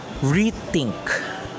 rethink